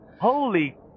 Holy